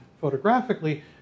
photographically